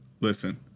Listen